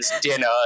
dinner